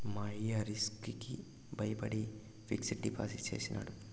మా అయ్య రిస్క్ కి బయపడి ఫిక్సిడ్ డిపాజిట్ చేసినాడు